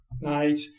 Night